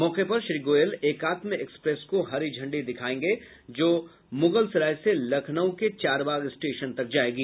मौके पर श्री गोयल एकात्म एक्सप्रेस को हरि झंडी दिखायेंगे जो मुगलसराय से लखनऊ के चारबाग स्टेशन तक जायेगी